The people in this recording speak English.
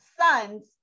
sons